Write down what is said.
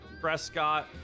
Prescott